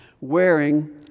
wearing